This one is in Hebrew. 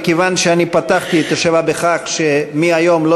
מכיוון שאני פתחתי את הישיבה בכך שמהיום לא